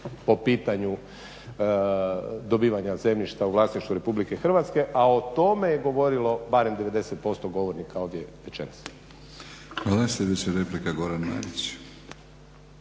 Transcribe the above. po pitanju dobivanja zemljišta u vlasništvu RH, a o tome je govorilo barem 90% govornika ovdje večeras. **Batinić, Milorad